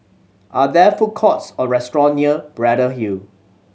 are there food courts or restaurant near Braddell Hill